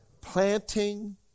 planting